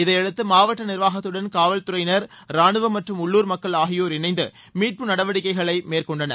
இதையடுத்து மாவட்ட நிர்வாகத்துடன் காவல்துறையினா் ராணுவம் மற்றும் உள்ளுர் மக்கள் ஆகியோர் இணைந்து மீட்பு நடவடிக்கைகளை மேற்கொண்டனர்